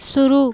शुरू